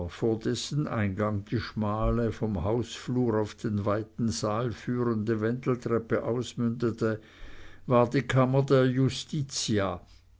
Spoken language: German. dessen eingang die schmale vom hausflur auf den weiten saal führende wendeltreppe ausmündete war die kammer der justitia